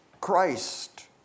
Christ